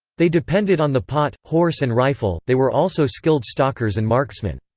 they depended on the pot, horse and rifle they were also skilled stalkers and marksmen.